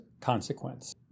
consequence